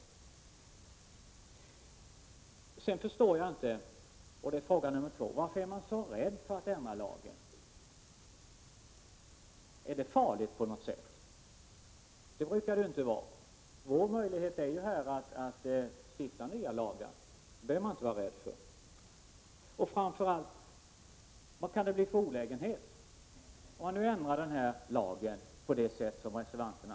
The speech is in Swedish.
Det andra gäller att jag inte förstår varför man är så rädd att ändra lagen. Är det farligt? Det brukar det ju inte vara. Vår möjlighet här i riksdagen är — Prot. 1987/88:31 att stifta nya lagar, och det behöver vi inte vara rädda för. Framför allt vill jag 25 november 1987 fråga: Vad kan det bli för olägenheter? Om lagen ändras så som reservanter= = ma.